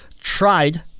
tried